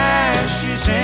ashes